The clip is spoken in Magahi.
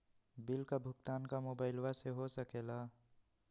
बिल का भुगतान का मोबाइलवा से हो सके ला?